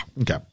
Okay